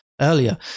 earlier